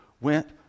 went